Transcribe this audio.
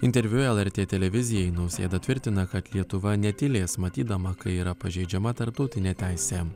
interviu lrt televizijai nausėda tvirtina kad lietuva netylės matydama kai yra pažeidžiama tarptautinė teisė